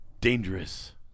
dangerous